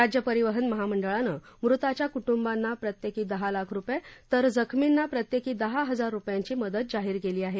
राज्य परिवहन महामंडळानं मृतांच्या कुटुंबांना प्रत्येकी दहा लाख रुपये तर जखमींना प्रत्येकी दहा हजार रुपयांची मदत जाहीर केली आहे